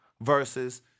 versus